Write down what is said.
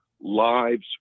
lives